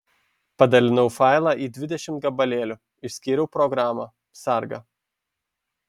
padalinau failą į dvidešimt gabalėlių išskyriau programą sargą